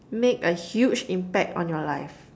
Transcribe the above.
made a huge impact on your life